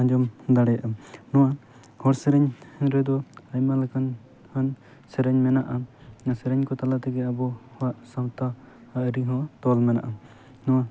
ᱟᱸᱡᱚᱢ ᱫᱟᱲᱮᱭᱟᱜᱼᱟ ᱱᱚᱣᱟ ᱦᱚᱲ ᱥᱮᱨᱮᱧ ᱨᱮᱫᱚ ᱟᱭᱢᱟ ᱞᱮᱠᱟᱱ ᱥᱮᱨᱮᱧ ᱢᱮᱱᱟᱜᱼᱟ ᱥᱮᱨᱮᱧ ᱠᱚ ᱛᱟᱞᱟ ᱛᱮᱜᱮ ᱟᱵᱚ ᱥᱟᱶᱛᱟ ᱟᱹᱨᱤ ᱦᱚᱸ ᱛᱚᱞ ᱢᱮᱱᱟᱜᱼᱟ ᱱᱚᱣᱟ